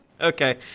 Okay